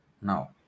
Now